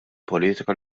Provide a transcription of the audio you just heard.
politika